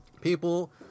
People